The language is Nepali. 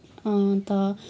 अन्त